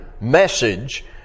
message